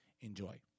enjoy